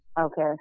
Okay